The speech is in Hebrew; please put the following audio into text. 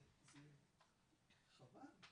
זה חבל,